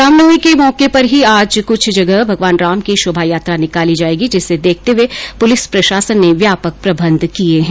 रामनवमी के मौके पर आज कुछ जगह भगवान राम की शोभायात्रा निकाली जायेगी जिसे देखते हुए पुलिस प्रशासन ने व्यापक प्रबंध किये है